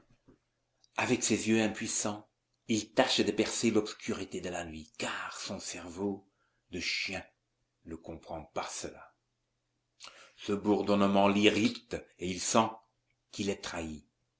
avec ses yeux impuissants il tâche de percer l'obscurité de la nuit car son cerveau de chien ne comprend pas cela ce bourdonnement l'irrite et il sent qu'il est trahi